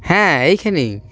হ্যাঁ এখানেই